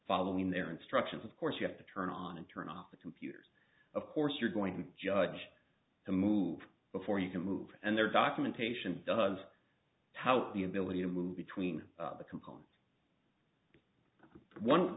following their instructions of course you have to turn on and turn off the computers of course you're going to judge the move before you can move and their documentation does how the ability to move between the